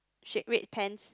shade red pants